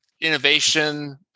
innovation